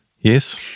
Yes